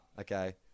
okay